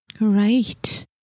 right